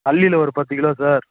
அல்லியில ஒரு பத்து kilo sir